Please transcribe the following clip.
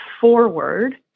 forward